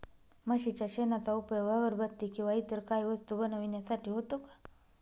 म्हशीच्या शेणाचा उपयोग अगरबत्ती किंवा इतर काही वस्तू बनविण्यासाठी होतो का?